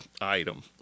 item